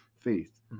faith